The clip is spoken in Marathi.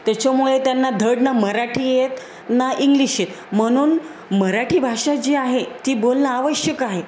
त्याच्यामुळे त्यांना धड न मराठी येत ना इंग्लिश येत म्हणून मराठी भाषा जी आहे ती बोलणं आवश्यक आहे